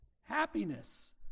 happiness